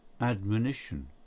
admonition